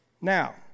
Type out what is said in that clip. Now